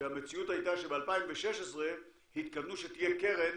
כשהמציאות הייתה שב-2016 התכוונו שתהיה קרן